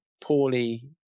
poorly